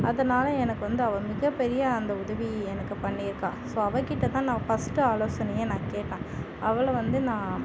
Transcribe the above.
அதனால் எனக்கு வந்து அவ மிகப்பெரிய அந்த உதவி எனக்கு பண்ணியிருக்கா ஸோ அவகிட்டே தான் நான் ஃபர்ஸ்ட் ஆலோசனையை நான் கேப்பேன் அவளை வந்து நான்